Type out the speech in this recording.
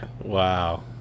wow